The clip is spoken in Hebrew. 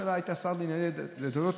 שהיית שר לענייני דתות,